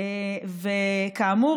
וכאמור,